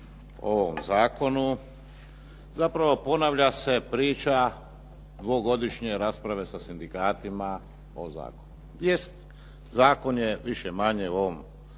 o ovom zakonu zapravo ponavlja se priča dvogodišnje rasprave sa sindikatima o zakonu. Jest, zakon je više-manje u ovom obliku